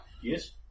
Yes